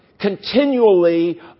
continually